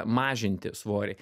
mažinti svorį